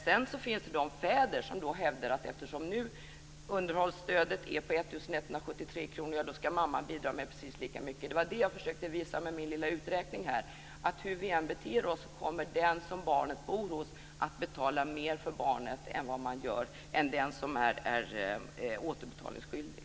Sedan finns det fäder som hävdar att om underhållsstödet är på 1 173 kr skall mamman bidra med precis lika mycket. Med min lilla uträkning försökte jag visa att hur vi än beter oss kommer den som barnet bor hos att betala mer för barnet än den som är underhållsskyldig.